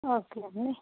okay అండి